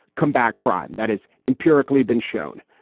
combat crime that is empirically been shown.